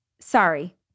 sorry